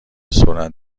سرعت